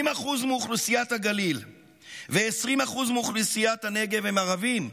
80% מאוכלוסיית הגליל ו-20% מאוכלוסיית הנגב הם ערבים,